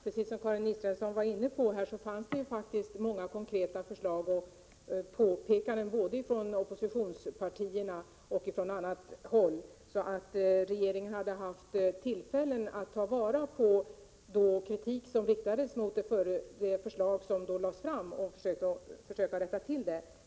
Herr talman! Precis som Karin Israelsson sade fanns det faktiskt många konkreta förslag och påpekanden både från oppositionspartierna och från annat håll, så regeringen hade alltså möjlighet att ta vara på den kritik som riktades mot förslaget och försöka rätta till detta.